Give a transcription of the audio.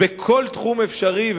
בכל תחום אפשרי,